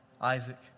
Isaac